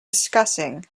discussing